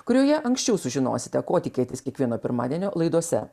kurioje anksčiau sužinosite ko tikėtis kiekvieno pirmadienio laidose